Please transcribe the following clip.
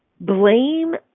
blame